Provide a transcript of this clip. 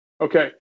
Okay